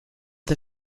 the